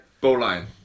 bowline